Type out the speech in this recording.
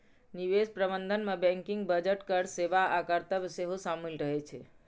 निवेश प्रबंधन मे बैंकिंग, बजट, कर सेवा आ कर्तव्य सेहो शामिल रहे छै